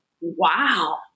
Wow